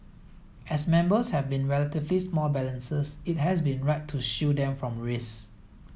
as members have been relatively small balances it has been right to shield them from risk